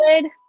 good